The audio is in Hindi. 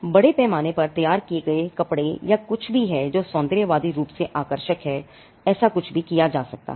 बड़े पैमाने पर तैयार किए गए कपड़े या कुछ भी हैं जो सौंदर्यवादी रूप से आकर्षक हैं कुछ भी किया जा सकता है